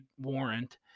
warrant